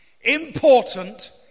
important